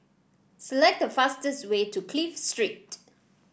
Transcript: select the fastest way to Clive Street